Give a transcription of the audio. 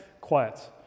quiet